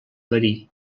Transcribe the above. verí